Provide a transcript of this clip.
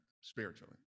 spiritually